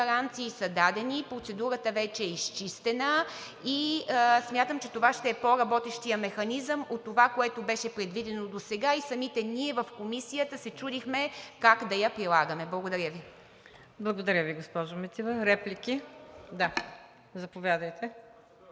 гаранции са дадени. Процедурата вече е изчистена и смятам, че това ще е по-работещият механизъм от това, което беше предвидено досега и самите ние в Комисията се чудихме как да я прилагаме. Благодаря Ви. ПРЕДСЕДАТЕЛ МУКАДДЕС НАЛБАНТ: Благодаря Ви, госпожо Митева. Реплики има ли? Заповядайте,